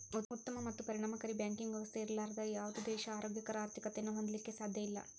ಉತ್ತಮ ಮತ್ತು ಪರಿಣಾಮಕಾರಿ ಬ್ಯಾಂಕಿಂಗ್ ವ್ಯವಸ್ಥೆ ಇರ್ಲಾರ್ದ ಯಾವುದ ದೇಶಾ ಆರೋಗ್ಯಕರ ಆರ್ಥಿಕತೆಯನ್ನ ಹೊಂದಲಿಕ್ಕೆ ಸಾಧ್ಯಇಲ್ಲಾ